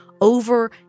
over